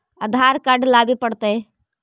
आधार card लाबे पड़तै?